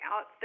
out